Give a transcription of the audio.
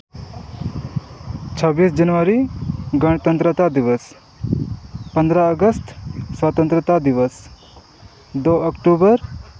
ᱪᱷᱟᱹᱵᱵᱤᱥ ᱡᱟᱱᱩᱣᱟᱹᱨᱤ ᱜᱚᱱᱚᱛᱚᱱᱛᱨᱚᱛᱟ ᱫᱤᱵᱚᱥ ᱯᱚᱫᱨᱚ ᱟᱜᱚᱥᱴ ᱥᱚᱛᱚᱱᱛᱨᱛᱟ ᱫᱤᱵᱚᱥ ᱫᱚ ᱚᱠᱴᱚᱵᱚᱨ